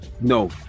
No